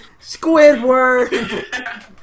Squidward